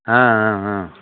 ஆ ஆ ஆ